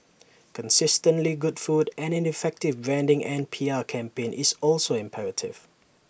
consistently good food and an effective branding and P R campaign is also imperative